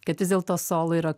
kad vis dėlto solo yra